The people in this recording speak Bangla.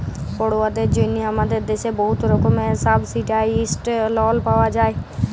পড়ুয়াদের জ্যনহে আমাদের দ্যাশে বহুত রকমের সাবসিডাইস্ড লল পাউয়া যায়